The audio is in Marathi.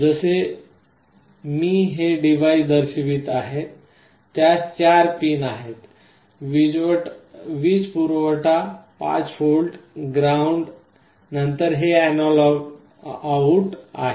जसे मी हे डिव्हाइस दर्शवित आहे त्यास चार पिन आहेत वीज पुरवठा 5V ग्राउंड नंतर हे अॅनालॉग आउट आहे